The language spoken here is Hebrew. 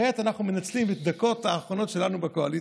כעת אנחנו מנצלים את הדקות האחרונות שלנו בקואליציה.